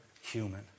human